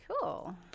cool